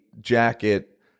jacket